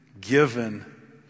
given